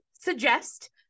suggest